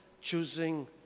choosing